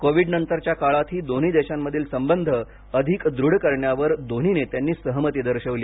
Covid नंतरच्या काळातही दोन्ही देशांमधील संबंध अधिक दृढ करण्यावर दोन्ही नेत्यांनी सहमती दर्शवली